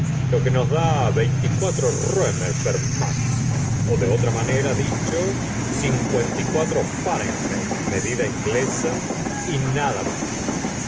lo que nos da por máximum ó de otra manera dicho cincuenta faja medida inglesa y nada mita